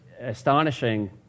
astonishing